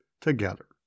together